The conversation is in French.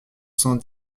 cent